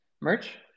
Merch